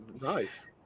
nice